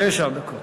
תשע דקות.